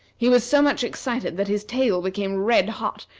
he was so much excited that his tail became red-hot,